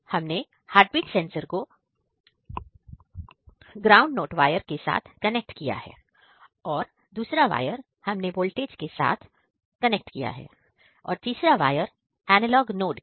हमने heartbeat sensor को ground note wire के साथ कनेक्ट किया है और दूसरा वायर हमने वोल्टेज के साथ और 3 वायर एनालॉग नोड के साथ